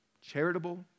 charitable